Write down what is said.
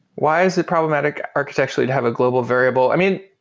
why is it problematic architecturally to have a global variable? i mean,